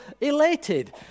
elated